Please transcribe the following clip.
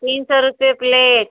तीन सौ रुपए प्लेट